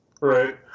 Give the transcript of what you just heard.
Right